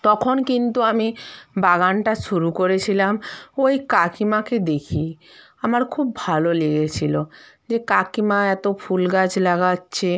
তখন কিন্তু আমি বাগানটা শুরু করেছিলাম ওই কাকিমাকে দেখেই আমার খুব ভালো লেগেছিলো যে কাকিমা এতো ফুল গাছ লাগাচ্ছে